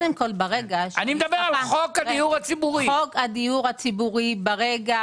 חוק הדיור הציבורי, ברגע